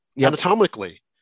anatomically